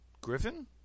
Griffin